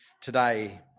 today